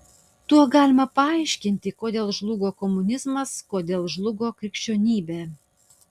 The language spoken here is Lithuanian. tuo galima paaiškinti kodėl žlugo komunizmas kodėl žlugo krikščionybė